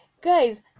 Guys